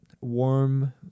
warm